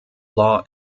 law